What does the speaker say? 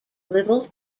little